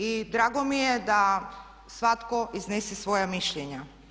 I drago mi je da svatko iznese svoja mišljenja.